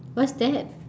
what's that